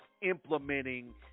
implementing